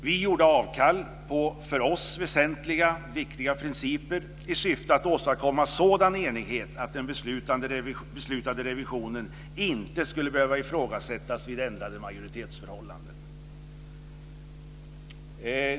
Vi gjorde avkall på för oss viktiga principer i syfte att åstadkomma sådan enighet att den beslutade revisionen inte skulle behöva ifrågasättas vid ändrade majoritetsförhållanden.